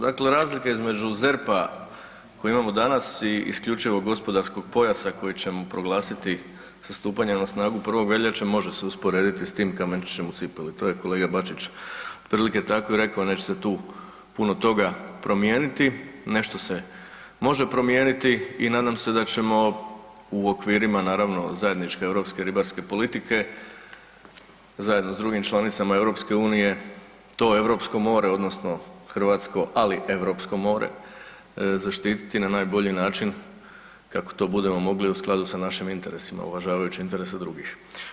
Dakle, razlike između ZERP-a koji imamo danas i IGP-a koji ćemo proglasiti sa stupanjem na snagu 1. veljače, može se usporediti s tim kamenčićem u cipeli, to je kolega Bačić otprilike tako i rekao, neće se tu puno toga promijeniti, nešto se može promijeniti i nadam se da ćemo u okvirima naravno zajedničke europske ribarstvene politike, zajedno sa drugim članicama EU-a, to europsko more odnosno hrvatsko ali europsko more, zaštititi na najbolji način kako to bude mogli u skladu sa našim interesima uvažavajući interese drugih.